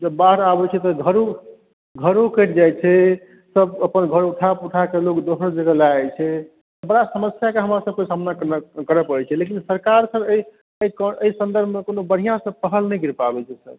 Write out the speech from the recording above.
जब बाढ़ि आबै छै तऽ घरो कटि जाइ छै सभ अपन घर लोक उठा पुठा कऽ दोसर जगह लय जाइ छै बड़ा समस्याके हमरा सभक सामना करऽ पड़ै छै एहि सन्दर्भमे कोनो बढ़िऑं सँ पहल नहि कयल जा सकैया